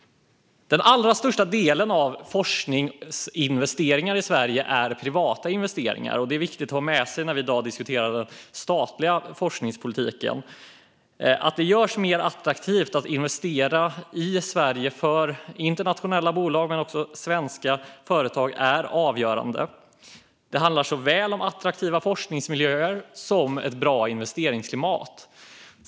Den största delen av forskningsinvesteringarna i Sverige är privata investeringar. Det är viktigt att ha med sig när vi nu debatterar den statliga forskningspolitiken. Att göra det mer attraktivt för internationella och svenska företag att investera i Sverige är avgörande. Det handlar om såväl attraktiva forskningsmiljöer som bra investeringsklimat.